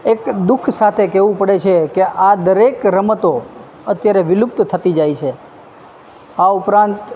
એક દુઃખ સાથે કહેવું પડે છે કે આ દરેક રમતો અત્યારે વિલુપ્ત થતી જાય છે આ ઉપરાંત